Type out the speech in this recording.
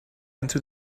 into